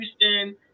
Houston